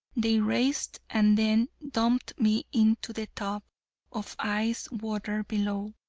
they raised and then dumped me into the tub of ice-water below.